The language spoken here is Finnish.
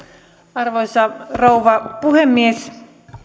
arvoisa rouva puhemies suomi